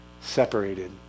separated